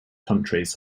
countries